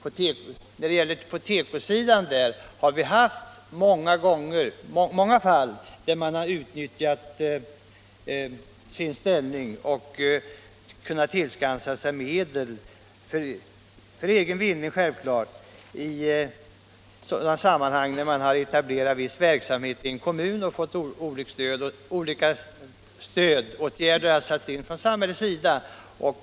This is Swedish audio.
Men vi känner till att det på tekosidan har funnits många fall där man utnyttjat sin ställning och kunnat tillskansa sig medel för egen vinning. Man har exempelvis etablerat viss verksamhet i en kommun och olika stödåtgärder har satts in från samhällets sida.